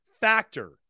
factor